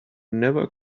never